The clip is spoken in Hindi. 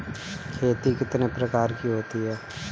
खेती कितने प्रकार की होती है?